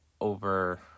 over